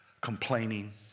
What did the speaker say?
complaining